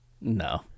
no